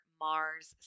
Mars